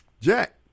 Jack